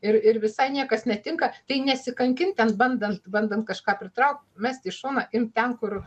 ir ir visai niekas netinka tai nesikankint ten bandant bandant kažką pritraukt mesti į šoną ir ten kur